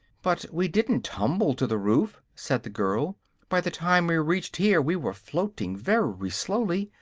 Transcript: but we didn't tumble to the roof, said the girl by the time we reached here we were floating very slowly,